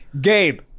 Gabe